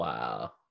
Wow